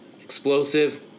explosive